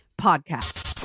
Podcast